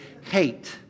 hate